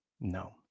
No